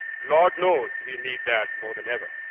lord knows we need that more than ever.